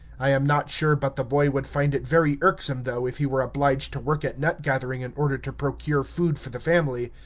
i am not sure but the boy would find it very irksome, though, if he were obliged to work at nut-gathering in order to procure food for the family.